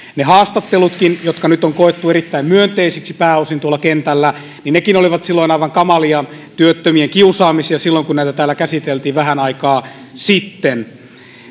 ne haastattelutkin jotka nyt on koettu erittäin myönteisiksi pääosin tuolla kentällä olivat aivan kamalia työttömien kiusaamisia silloin kun niitä täällä käsiteltiin vähän aikaa sitten